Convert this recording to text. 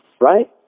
right